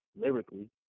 Lyrically